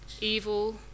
evil